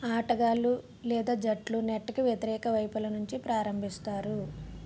ఆటగాళ్ళు లేదా జట్లు నెట్కి వ్యతిరేక వైపుల నుంచి ప్రారంభిస్తారు